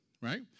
right